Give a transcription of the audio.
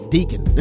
Deacon